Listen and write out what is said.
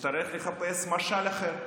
נצטרך לחפש משל אחר.